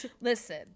Listen